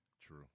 True